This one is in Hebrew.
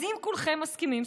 אז אם כולכם מסכימים,